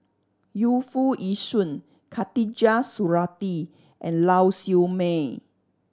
Yu Foo Yee Shoon Khatijah Surattee and Lau Siew Mei